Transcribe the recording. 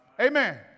Amen